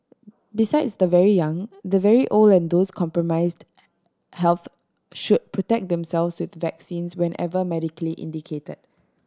besides the very young the very old and those compromised health should protect themselves with vaccines whenever medically indicated